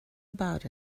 about